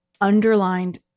underlined